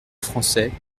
français